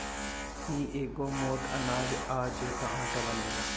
इ एगो मोट अनाज हअ जेकर आटा बनेला